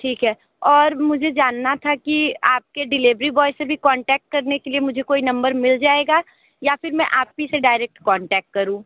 ठीक है और मुझे जानना था की आपके डिलीवरी बॉय से भी कॉन्टैक्ट करने के लिए मुझे कोई नंबर मिल जाएगा या फिर मैं आप ही से डायरेक्ट कॉन्टैक्ट करूँ